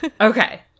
Okay